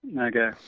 Okay